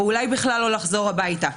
או אולי בכלל לא לחזור הביתה.